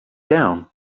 down